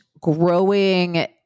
growing